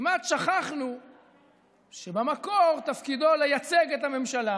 כמעט שכחנו שבמקור תפקידו לייצג את הממשלה